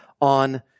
on